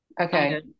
Okay